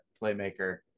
Playmaker